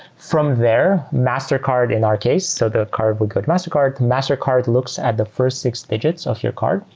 from there, mastercard, in our case, so the card would click mastercard. mastercard looks at the first six digits of your card.